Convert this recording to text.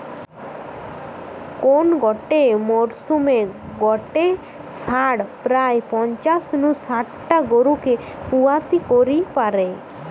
কোন গটে মরসুমে গটে ষাঁড় প্রায় পঞ্চাশ নু শাট টা গরুকে পুয়াতি করি পারে